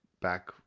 back